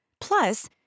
Plus